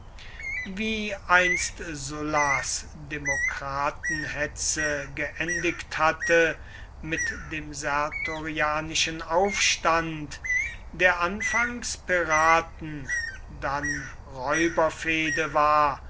wie einst sullas demokratenhetze geendigt hatte mit dem sertorianischen aufstand der anfangs piraten dann räuberfehde war